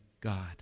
God